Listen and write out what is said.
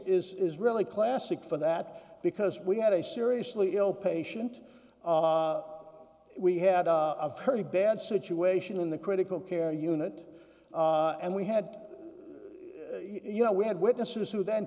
is really classic for that because we had a seriously ill patient we had heard a bad situation in the critical care unit and we had you know we had witnesses who then